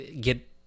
get